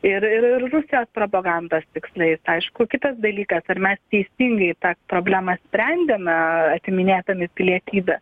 ir ir rusijos propagandos tikslais aišku kitas dalykas ar mes teisingai tą problemą sprendėme atiminėdami pilietybę